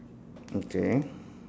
okay